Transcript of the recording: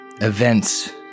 events